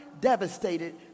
devastated